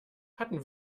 hatten